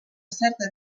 certa